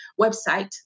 website